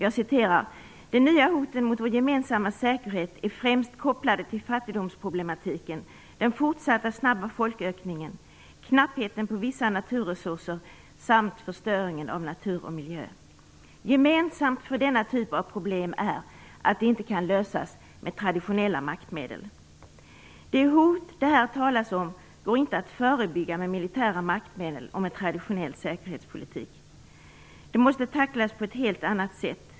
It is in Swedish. Där står: "De nya hoten mot vår gemensamma säkerhet är främst kopplade till fattigdomsproblematiken, den fortsatt snabba folkökningen, knappheten på vissa resurser samt förstöringen av natur och miljö. Gemensamt för denna typ av problem är att de inte kan lösas med traditionella maktmedel." De hot som det här talas går inte att förebygga med militära maktmedel och med traditionell säkerhetspolitik. De måste tacklas på ett helt annat sätt.